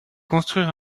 construire